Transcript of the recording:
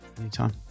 Anytime